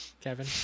Kevin